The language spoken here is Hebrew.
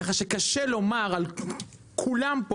ככה שמכולם,